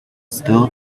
still